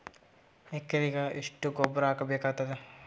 ಎಕರೆಗ ಎಷ್ಟು ಗೊಬ್ಬರ ಬೇಕಾಗತಾದ?